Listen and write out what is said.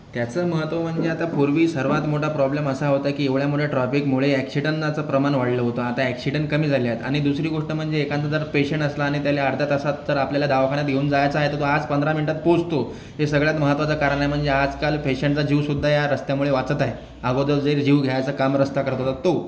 त्याचं महत्त्व म्हणजे आता पूर्वी सर्वात मोठा प्रॉब्लेम असा होता की एवढ्या मोठ्या ट्रॉफिकमुळे ॲक्सीडंनाचं प्रमाण वाढलं होतं आता ॲक्सीडंन कमी झाली आहेत आणि दुसरी गोष्ट म्हणजे एखादा जर पेशंट असला आणि त्याला अर्ध्या तासात जर आपल्याला दवाखान्यात घेऊन जायचं आहे तर तो आज पंधरा मिनिटात पोचतो हे सगळ्यात महत्त्वाचं कारण आहे म्हणजे आजकाल पेशंटचा जीवसुद्धा या रस्त्यामुळे वाचत आहे अगोदर जे जीव घ्यायचं काम रस्ता करत होता तो